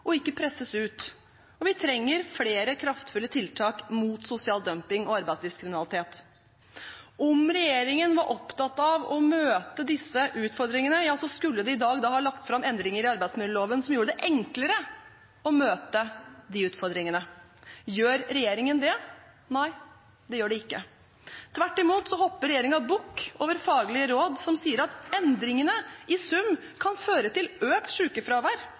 og ikke presses ut. Og vi trenger flere kraftfulle tiltak mot sosial dumping og arbeidslivskriminalitet. Om regjeringen var opptatt av å møte disse utfordringene, skulle de i dag ha lagt fram forslag til endringer i arbeidsmiljøloven som gjorde det enklere å møte de utfordringene. Gjør regjeringen det? Nei, den gjør ikke det. Tvert imot hopper regjeringen bukk over faglige råd som sier at endringene i sum kan føre til økt